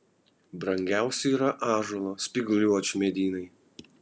brangiausi yra ąžuolo spygliuočių medynai